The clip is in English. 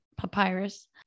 papyrus